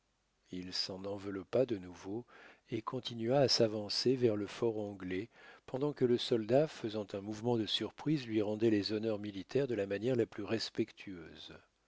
il s'en enveloppa de nouveau et continua à s'avancer vers le fort anglais pendant que le soldat faisant un mouvement de surprise lui rendait les honneurs militaires de là manière la plus respectueuse